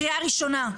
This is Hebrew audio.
קריאה ראשונה,